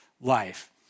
life